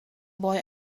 boy